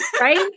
right